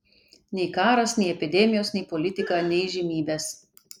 nei karas nei epidemijos nei politika nei įžymybės